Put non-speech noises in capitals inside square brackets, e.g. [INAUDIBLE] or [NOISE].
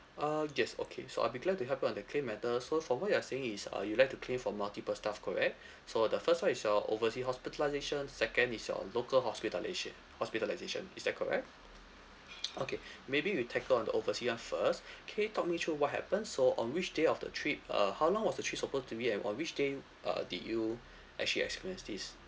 uh yes okay so I'll be glad to help you on the claim matter so from what you are saying is uh you would like to claim for multiple stuff correct so the first one is your oversea hospitalisation second is your local hospitalisation hospitalisation is that correct [NOISE] okay maybe we tackle on the oversea [one] first can you talk me through what happened so on which day of the trip uh how long was the trip supposed to be and on which day uh did you actually experience this